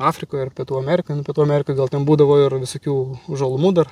afrikoj ar pietų amerikoj nu pietų amerikoj gal ten būdavo ir visokių žalumų dar